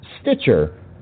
Stitcher